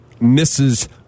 misses